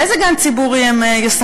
באיזה גן ציבורי הן ישחקו?